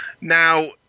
Now